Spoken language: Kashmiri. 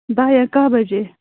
دَہ یا کاہ بَجے